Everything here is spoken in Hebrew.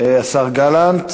השר גלנט.